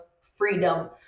freedom